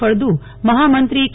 ફળદુ મહામંત્રી કે